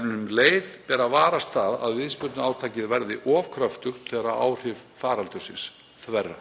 en um leið ber að varast það að viðspyrnuátakið verði of kröftugt þegar áhrif faraldursins þverra.